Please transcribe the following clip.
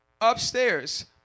upstairs